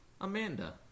Amanda